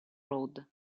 road